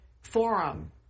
forum